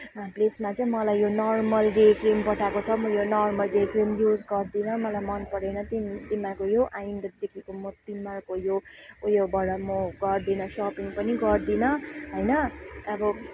प्लेसमा चाहिँ मलाई यो नर्मल डे क्रिम पठाएको छ म यो नर्मल डे क्रिम युज गर्दिनँ मलाई मन परेन तिमीहरूको यो आइन्दादेखिको म तिमीहरू को यो ऊ योबाट म गर्दिनँ सपिङ पनि गर्दिनँ होइन अब